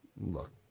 Look